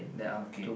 okay